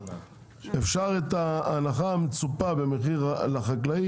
אפשר את ההנחה המצופה במחיר לחקלאי,